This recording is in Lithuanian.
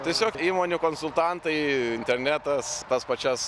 tiesiog įmonių konsultantai internetas tas pačias